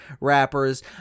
rappers